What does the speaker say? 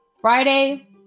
Friday